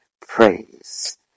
Praise